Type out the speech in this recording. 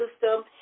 system